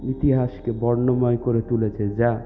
ইতিহাসকে বর্ণময় করে তুলেছে যা